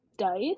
dice